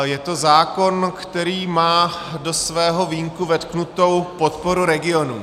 Je to zákon, který má do svého vínku vetknutou podporu regionů.